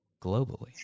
globally